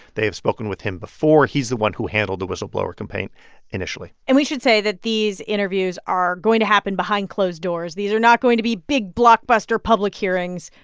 they have spoken with him before. he's the one who handled the whistleblower complaint initially and we should say that these interviews are going to happen behind closed doors. these are not going to be big, blockbuster public hearings.